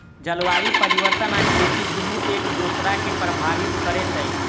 जलवायु परिवर्तन आ खेती दुनू एक दोसरा के प्रभावित करैत अछि